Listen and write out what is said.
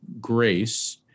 Grace